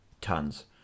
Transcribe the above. tons